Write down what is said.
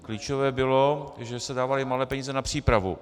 Klíčové bylo, že se dávaly malé peníze na přípravu.